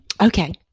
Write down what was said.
Okay